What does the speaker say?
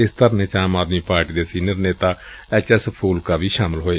ਇਸ ਧਰਨੇ ਵਿਚ ਆਮ ਆਦਮੀ ਪਾਰਟੀ ਦੇ ਸੀਨੀਅਰ ਨੇਤਾ ਐਚ ਐਸ ਫੁਲਕਾ ਵੀ ਸ਼ਾਮਲ ਹੋਏ